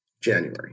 January